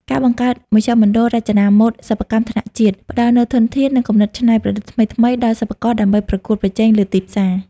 ការបង្កើតមជ្ឈមណ្ឌលរចនាម៉ូដសិប្បកម្មថ្នាក់ជាតិ ផ្ដល់នូវធនធាន និងគំនិតច្នៃប្រឌិតថ្មីៗដល់សិប្បករដើម្បីប្រកួតប្រជែងលើទីផ្សារ។